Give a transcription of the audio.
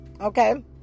okay